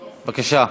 בבקשה.